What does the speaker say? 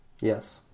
Yes